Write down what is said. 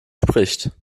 spricht